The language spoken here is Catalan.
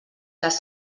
les